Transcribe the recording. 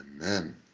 Amen